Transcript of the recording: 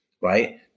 right